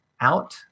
out